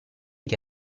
che